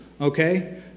okay